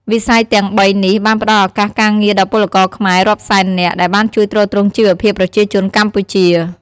វិស័យទាំងបីនេះបានផ្ដល់ឱកាសការងារដល់ពលករខ្មែររាប់សែននាក់ ដែលបានជួយទ្រទ្រង់ជីវភាពប្រជាជនកម្ពុជា ។